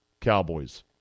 Cowboys